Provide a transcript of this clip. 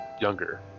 younger